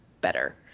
better